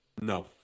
No